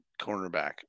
cornerback